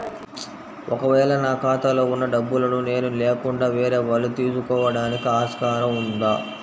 ఒక వేళ నా ఖాతాలో వున్న డబ్బులను నేను లేకుండా వేరే వాళ్ళు తీసుకోవడానికి ఆస్కారం ఉందా?